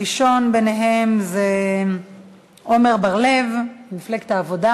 הראשון בהם הוא עמר בר-לב ממפלגת העבודה.